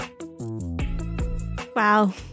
Wow